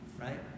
right